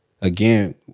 Again